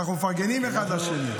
אנחנו מפרגנים אחד לשני.